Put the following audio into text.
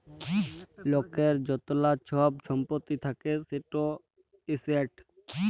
লকের য্তলা ছব ছম্পত্তি থ্যাকে সেট এসেট